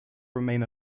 remain